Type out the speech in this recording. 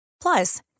Plus